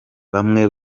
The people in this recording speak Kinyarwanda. bamwe